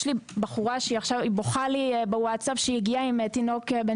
יש לי בחורה שבוכה לי בווטסאפ שהגיעה עם תינוק בן